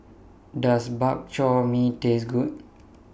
Does Bak Chor Mee Taste Good